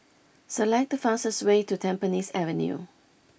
select the fastest way to Tampines Avenue